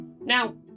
Now